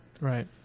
Right